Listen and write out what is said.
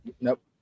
Nope